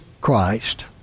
Christ